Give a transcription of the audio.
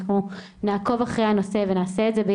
אנחנו נעקוב אחרי הנושא ביחד,